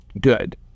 good